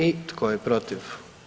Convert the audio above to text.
I tko je protiv?